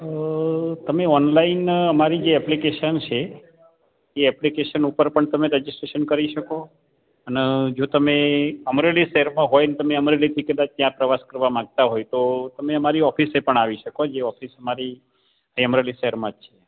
તમારે ઓનલાઈન અમારી ઍપ્લિકેશન છે એ એપ્લિકેશન ઉપર પણ તમે રજીસ્ટ્રેશન કરી શકો છો અન જો તમે અમરેલી શહેરમાં હોયને તમે અમરેલી ત્યાં પ્રવાસ માંગતા હોય તો તમે અમારી ઓફિસે પણ આવી શકો જે ઓફિસ મારી અમરેલી શહેરમાં